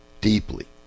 deeply